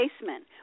basement